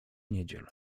niedziel